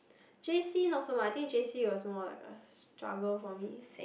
J_C not so much I think J_C was more like a struggle for me